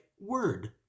word